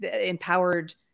empowered